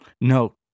No